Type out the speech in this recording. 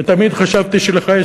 ותמיד חשבתי שלך יש